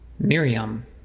Miriam